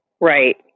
Right